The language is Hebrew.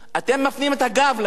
אתם מפנים את הגב אליהם.